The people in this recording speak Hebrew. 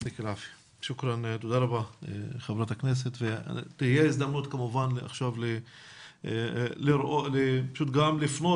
תודה רבה ותהיה הזדמנות עכשיו גם לפנות